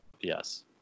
Yes